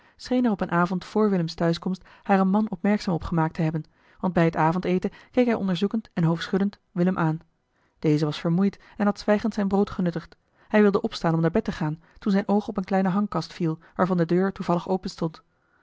er op een avond vor willems thuiskomst haren man opmerkzaam op gemaakt te hebben want bij het avondeten keek hij onderzoekend en hoofdschuddend willem aan deze was vermoeid en had zwijgend zijn brood genuttigd hij wilde opstaan om naar bed te gaan toen zijn oog op eene kleine hangkast viel waarvan de deur toevallig